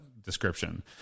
description